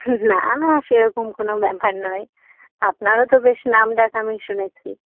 না না সেরকম কোনো ব্যাপার নয় আপনারও তো বেশ নামডাক আমি শুনেছি